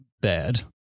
bad